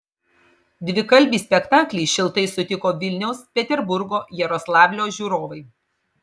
dvikalbį spektaklį šiltai sutiko vilniaus peterburgo jaroslavlio žiūrovai